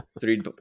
three